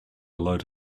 load